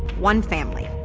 one family.